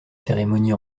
cérémonies